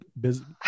business